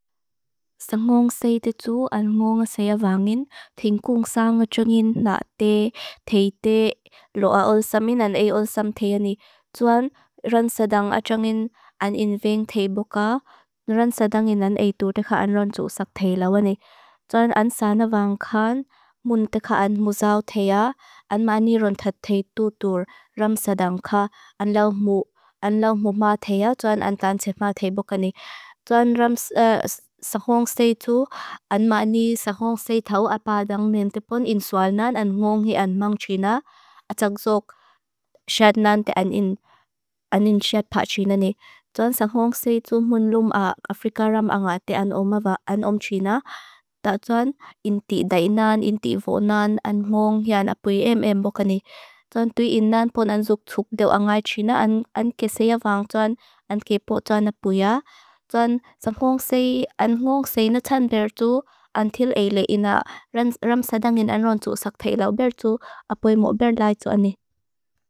Barbecue ganti saro ang tisaam tuinan tuan. A saa a chalai kha gantan veti ang aya. Ake emo a tuilai turang kha gantan ang a china ni. So ta tuan tsume syang syang tegan tel tebo kha, ta tuan martsa tepa tepo gantel tea, blokbon tepo tel te ni. Tuan tsume tu sothing rot, ayeng le purun va roten kan hoia. So tu darkar kata tjanga darkar ni vel kan da emo, zan kat pum pui tepon ada tea. So tu a tuka tuan a ro in a tuipa vedew bok china ni. Tuan a syam hun tur, ang ahun ang tur tia tia kha syad ang aya boka. Tuan til asad lambo kha kan enfia vedew ang aya boka. Tuan sa lutuk lawin a minua, a minua kan asad tepo kha kan tiklem vedew ang aya. Tuan i at min lutuk, min over kha ang aya jwang law boka ni. Tuan soth tepo ahun tik tak ang a gantel tuan a tuipa vedew emo boka ni.